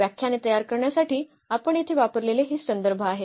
व्याख्याने तयार करण्यासाठी आपण येथे वापरलेले हे संदर्भ आहेत